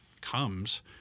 comes